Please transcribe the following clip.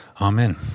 amen